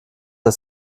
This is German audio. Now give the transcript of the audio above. der